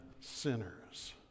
sinners